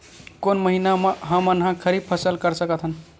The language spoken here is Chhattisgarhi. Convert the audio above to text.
कोन महिना म हमन ह खरीफ फसल कर सकत हन?